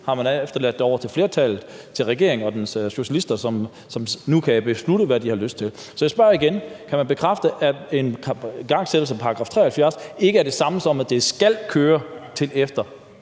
har man lagt det over til flertallet, til regeringen og dens socialister, som nu kan beslutte, hvad de har lyst til. Så jeg spørger igen: Kan man bekræfte, at en igangsættelse af § 73 ikke er det samme, som at det skal køre til efter